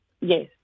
Yes